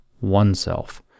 oneself